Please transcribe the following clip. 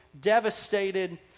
devastated